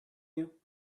you